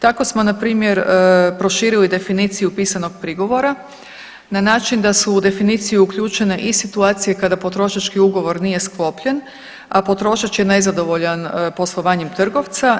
Tako smo na primjer proširili definiciju pisanog prigovora na način da su u definiciju uključene i situacije kada potrošački ugovor nije sklopljen, a potrošač je nezadovoljan poslovanjem trgovca.